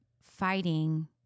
fighting